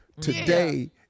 Today